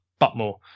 Butmore